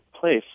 place